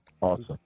awesome